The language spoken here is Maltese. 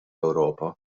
ewropa